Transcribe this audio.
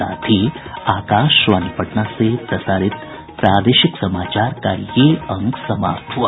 इसके साथ ही आकाशवाणी पटना से प्रसारित प्रादेशिक समाचार का ये अंक समाप्त हुआ